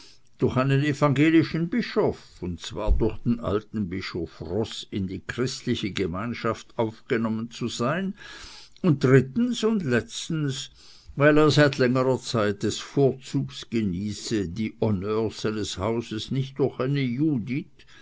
durch einen evangelischen bischof und zwar durch den alten bischof roß in die christliche gemeinschaft aufgenommen zu sein und drittens und letztens weil er seit längerer zeit des vorzugs genieße die honneurs seines hauses nicht durch eine judith